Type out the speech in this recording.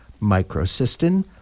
microcystin